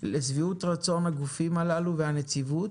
- לשביעות רצון הגופים הללו והנציבות